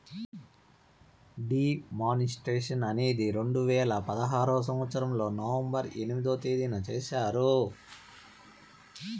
D మానిస్ట్రేషన్ అనేది రెండు వేల పదహారు సంవచ్చరంలో నవంబర్ ఎనిమిదో తేదీన చేశారు